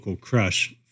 crush